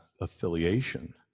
affiliation